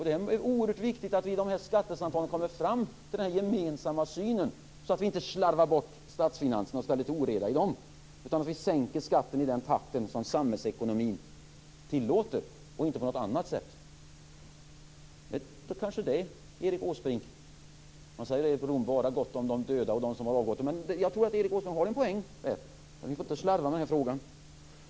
Det är oerhört viktigt att vi i skattesamtalen kommer fram till den gemensamma synen, så att vi inte slarvar bort statsfinanserna och ställer till oreda i dem, utan att vi sänker skatten i den takt som samhällsekonomin tillåter och inte på något annat sätt. Jag tror att Erik Åsbrink - man säger bara gott om de döda och om dem som avgått - har en poäng där. Vi får inte slarva i den här frågan.